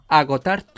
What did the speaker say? agotar